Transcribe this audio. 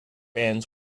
ends